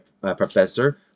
professor